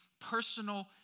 Personal